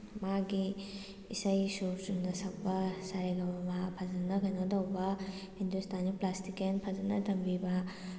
ꯃꯥꯒꯤ ꯏꯁꯩ ꯁꯨꯔ ꯆꯨꯝꯅ ꯁꯛꯄ ꯁꯥ ꯔꯦ ꯒꯥ ꯃꯥ ꯄꯥ ꯐꯖꯅ ꯀꯩꯅꯣ ꯇꯧꯕ ꯍꯤꯟꯗꯨꯁꯇꯥꯅꯤ ꯀ꯭ꯂꯥꯁꯤꯀꯦꯜ ꯐꯖꯅ ꯇꯝꯕꯤꯕ